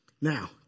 Now